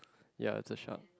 ya it's a shark